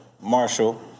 Marshall